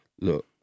look